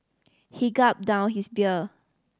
he gulped down his beer